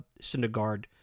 Syndergaard